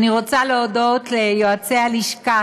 אני רוצה להודות ליועצי הלשכה